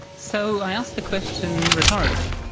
so i asked the question rhetorically,